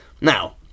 Now